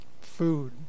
food